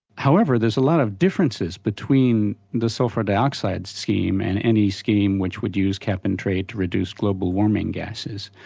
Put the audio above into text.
however, there's a lot of differences between the sulphur dioxide scheme and any scheme which would use cap and trade to reduce global warming gases.